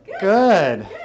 Good